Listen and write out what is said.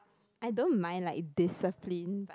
I don't mind lah if discipline but